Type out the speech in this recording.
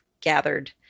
gathered